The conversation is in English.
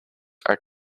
are